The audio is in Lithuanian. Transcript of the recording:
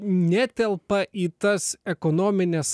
netelpa į tas ekonomines